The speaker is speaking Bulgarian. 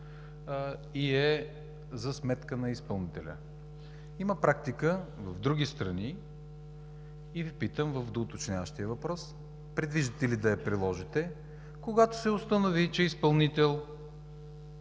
и е за сметка на изпълнителя. Има практика в други страни и Ви питам в доуточняващия въпрос: предвиждате ли да я приложите, когато се установи, че изпълнител